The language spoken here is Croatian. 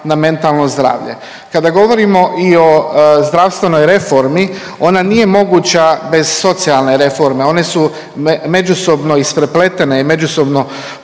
na mentalno zdravlje. Kada govorimo i o zdravstvenoj reformi ona nije moguća bez socijalne reforme. One su međusobno isprepletene i međusobno